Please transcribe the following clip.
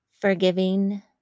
forgiving